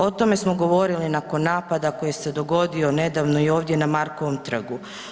O tome smo govorili nakon napada koji se dogodio nedavno ovdje i na Markovom trgu.